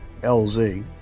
LZ